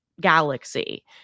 galaxy